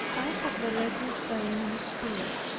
i have the letters by me still.